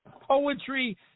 Poetry